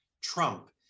Trump